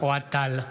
אוהד טל,